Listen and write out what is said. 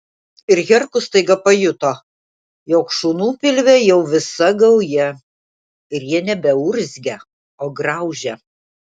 ir herkus staiga pajuto jog šunų pilve jau visa gauja ir jie nebeurzgia o graužia